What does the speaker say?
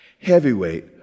heavyweight